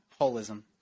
Holism